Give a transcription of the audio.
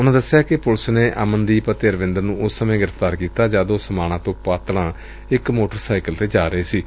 ਉਨਾ ਦਸਿਆ ਕਿ ਪੁਲਿਸ ਨੇ ਅਮਨਦੀਪ ਅਤੇ ਅਰਵਿੰਦਰ ਨੂੰ ਉਸ ਸਮੇ ਗ੍ਰਿਫ਼ਤਾਰ ਕੀਤਾ ਜਦ ਉਹ ਸਮਾਣਾ ਤੋਂ ਪਾਤੜਾਂ ਜਾ ਰਹੇ ਸਨ